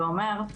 זה אומר,